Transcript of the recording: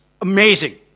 Amazing